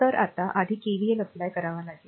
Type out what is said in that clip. तर आता आधी KVL apply करावा लागेल